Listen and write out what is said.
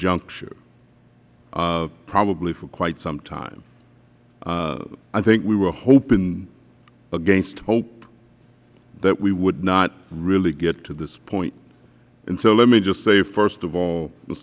juncture probably for quite some time i think we were hoping against hope that we would not really get to this point so let me just say first of all